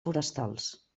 forestals